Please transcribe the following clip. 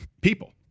people